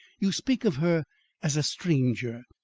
you speak of her as a stranger.